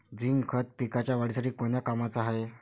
Zinc खत पिकाच्या वाढीसाठी कोन्या कामाचं हाये?